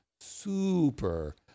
super